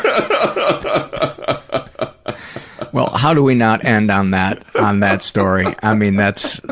ah ah well, how do we not end on that on that story? i mean, that's, ah